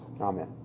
Amen